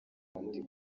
diamond